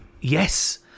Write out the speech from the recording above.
Yes